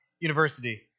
University